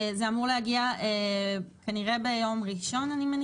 זה אמור להגיע כנראה ביום ראשון.